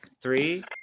three